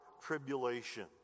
tribulation